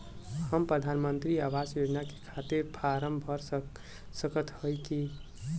हम प्रधान मंत्री आवास योजना के खातिर फारम भर सकत हयी का?